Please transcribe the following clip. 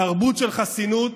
תרבות של חסינות